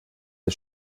the